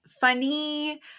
funny